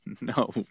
No